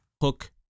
Hook